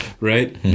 right